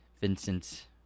Vincent